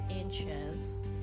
inches